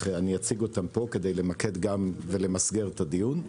ואציג את הפערים פה כדי למקד ולמסגר את הדיון.